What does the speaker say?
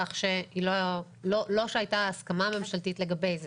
כך שלא הייתה הסכמה ממשלתית לגבי זה.